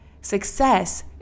success